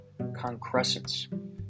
concrescence